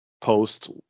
post